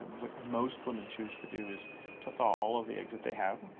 what most women choose to do is to thaw all of the eggs that they have,